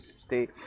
stay